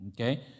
Okay